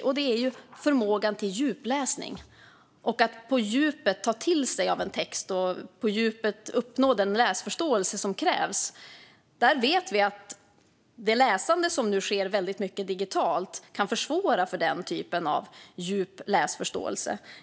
Det handlar om förmågan till djupläsning - att på djupet ta till sig en text och på djupet uppnå den läsförståelse som krävs. Där vet vi att det läsande som nu väldigt mycket sker digitalt kan försvåra den typen av djup läsförståelse.